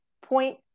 point